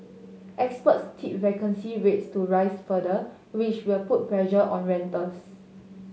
experts tipped vacancy rates to rise further which will put pressure on rentals